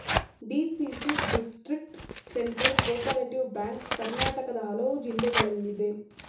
DCC district central cooperative banks ಕರ್ನಾಟಕದ ಹಲವು ಜಿಲ್ಲೆಗಳಲ್ಲಿದೆ